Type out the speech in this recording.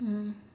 mm